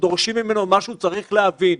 כשדורשים ממנו משהו הוא צריך להבין.